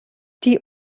die